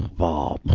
ball.